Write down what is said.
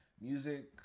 music